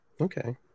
Okay